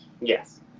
Yes